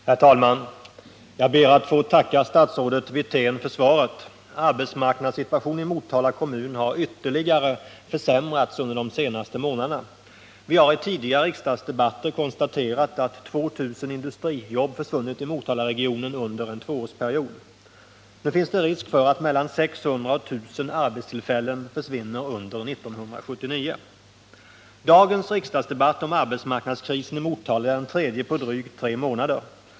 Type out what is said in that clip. Herr talman! Jag ber att få tacka statsrådet Wirtén för svaret. Arbetsmarknadssituationen i Motala kommun har ytterligare försämrats under de senaste månaderna. Vi har i tidigare riksdagsdebatter konstaterat att 2 000 industrijobb försvunnit i Motalaregionen under en tvåårsperiod. Nu finns det risk för att mellan 600 och 1 000 arbetstillfällen försvinner under 1979. Dagens riksdagsdebatt om arbetsmarknadskrisen i Motala är den tredje på drygt tre månader.